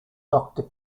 doctor